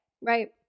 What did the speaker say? Right